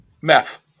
meth